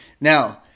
now